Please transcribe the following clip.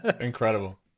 incredible